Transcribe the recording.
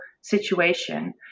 situation